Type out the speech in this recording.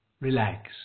relax